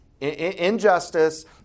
Injustice